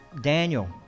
Daniel